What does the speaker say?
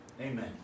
Amen